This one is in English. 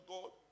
God